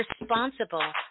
responsible